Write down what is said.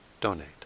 donate